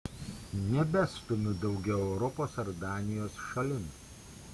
nebestumiu daugiau europos ar danijos šalin